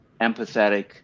empathetic